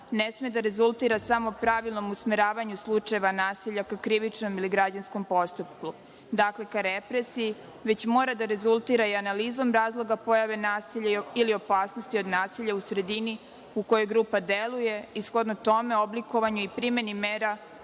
ne sme da rezultira samo pravilnom usmeravanju slučajeva nasilja ka krivičnom ili građanskom postupku. Dakle, ka represiji, već mora da rezultira i analizom razloga pojave nasilja ili opasnosti od nasilja u sredini u kojoj grupa deluje i, shodno tome, oblikovanje, primena mera